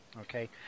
Okay